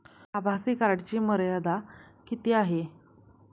आभासी कार्डची मर्यादा किती आहे?